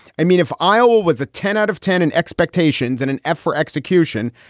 i mean, if iowa was a ten out of ten in expectations and an f for execution.